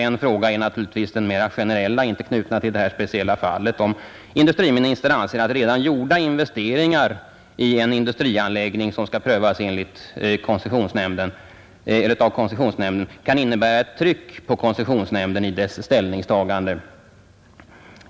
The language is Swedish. En fråga är den mer generella — inte knuten till detta speciella fall — om industriministern anser att redan gjorda investeringar i en industrianläggning, som skall prövas av koncessionsnämnden, kan innebära ett tryck på koncessionsnämnden i dess ställningstagande.